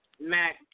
Mac